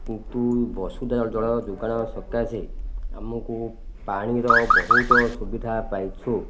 କିନ୍ତୁ ବସୁଧା ଜଳ ଯୋଗାଣ ସକାଶେ ଆମକୁ ପାଣିର ବହୁତ ସୁବିଧା ପାଇଛୁ